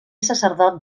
sacerdot